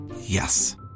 Yes